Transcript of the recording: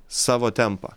savo tempą